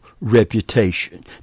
reputation